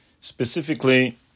specifically